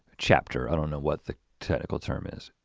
chapter. i don't know what the technical term is.